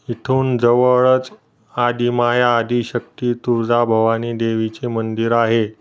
इथून जवळच आदिमाया आदिशक्ती तुळजा भवानी देवीचे मंदिर आहे